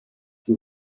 qui